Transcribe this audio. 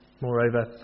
moreover